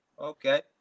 okay